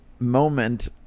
moment